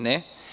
Ne.